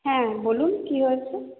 হ্যাঁ বলুন কি হয়েছে